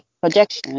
projection